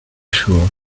sure